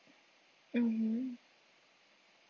mmhmm